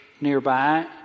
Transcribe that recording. nearby